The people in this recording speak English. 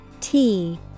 -t